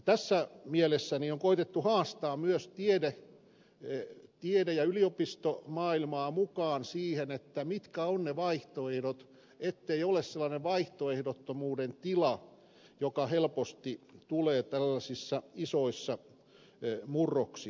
tässä mielessä on koetettu haastaa myös tiede ja yliopistomaailmaa mukaan siihen mitkä ovat vaihtoehdot ettei ole sellainen vaihtoehdottomuuden tila joka helposti tulee tällaisissa isoissa murroksissa